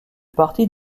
partie